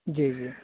جی جی